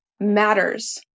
matters